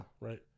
Right